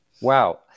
Wow